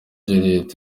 juliet